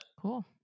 Cool